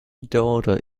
daughter